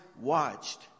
watched